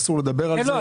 אסור לדבר על זה.